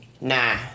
nah